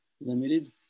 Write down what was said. limited